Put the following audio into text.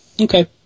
Okay